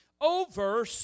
over